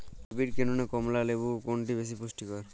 Hybrid কেনু না কমলা লেবু কোনটি বেশি পুষ্টিকর?